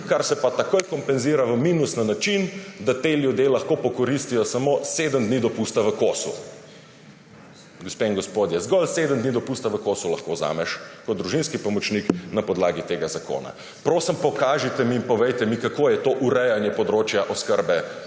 kar se pa takoj kompenzira v minus na način, da ti ljudje lahko pokoristijo samo 7 dni dopusta v kosu. Gospe in gospodje, zgolj 7 dni dopusta v kosu lahko vzameš kot družinski pomočnik na podlagi tega zakona. Prosim, pokažite mi in povejte mi, kako je to urejanje področja oskrbe